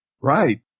Right